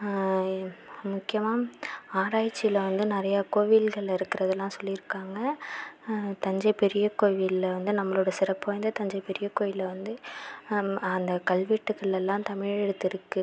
முக்கியமாக ஆராய்ச்சியில வந்து நிறையா கோவில்கள் இருக்கிறதுலாம் சொல்லியிருக்காங்க தஞ்சை பெரிய கோவிலில் வந்து நம்மளோட சிறப்பு வாய்ந்த தஞ்சை பெரிய கோயிலில் வந்து அந்த கல்வெட்டுகள்லலாம் தமிழ் எழுத்து இருக்கு